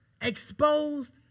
exposed